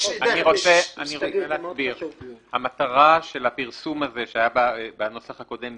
יהיה --- המטרה של הפרסום שהיה בנוסח הקודם,